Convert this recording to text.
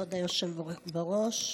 כבוד היושב-ראש,